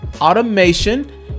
automation